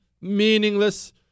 meaningless